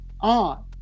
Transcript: on